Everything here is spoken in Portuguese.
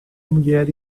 mulher